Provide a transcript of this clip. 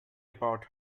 about